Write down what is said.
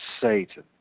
Satan